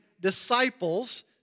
disciples